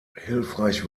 hilfreich